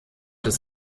des